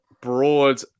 broad